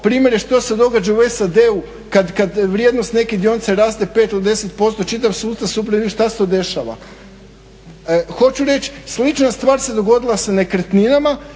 primjere što se događa u SAD-u kada vrijednost neke dionice raste 5 ili 10%, čitav … što se to dešava. Hoću reći slična stvar se dogodila sa nekretninama